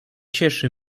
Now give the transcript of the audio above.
cieszy